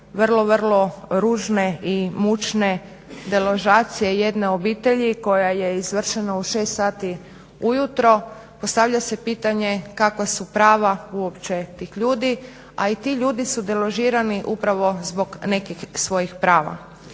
vrlo, vrlo ružne i mučne deložacije jedne obitelji koja je izvršena u 6 sati ujutro. Postavlja se pitanje kakva su prava uopće tih ljudi, a i ti ljudi su deložirani upravo zbog nekih svojih prava.